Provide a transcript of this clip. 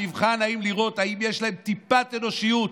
המבחן הוא לראות אם יש להם טיפת אנושיות